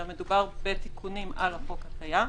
אלא מדובר בתיקונים על החוק הקיים.